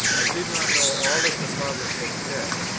i did not know all that the fathers had said,